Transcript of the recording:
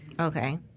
Okay